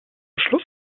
schluss